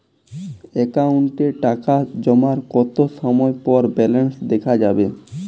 অ্যাকাউন্টে টাকা জমার কতো সময় পর ব্যালেন্স দেখা যাবে?